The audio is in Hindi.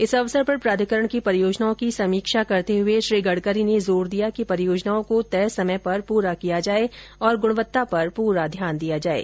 इस अवसर पर प्राधिकरण की परियोजनाओं की समीक्षा करते हुए श्री गड़करी ने जोर दिया कि परियोजनाओं को तय समय पर पूरा किया जाये और गुणवत्ता पर पूरा ध्यान दिया जाये